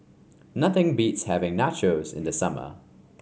nothing beats having Nachos in the summer